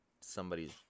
somebody's